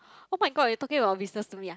oh-my-god you talking about business to me ah